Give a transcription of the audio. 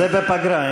זה בפגרה.